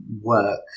work